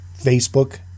Facebook